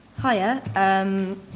Hiya